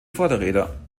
vorderräder